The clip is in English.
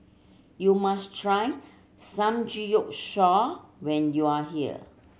you must try Samgeyopsal when you are here